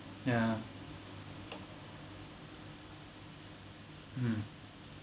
yeah mm